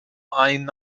ein